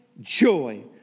joy